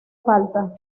falta